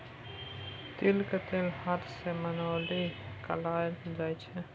तिलक तेल हाथ सँ मैनुअली निकालल जाइ छै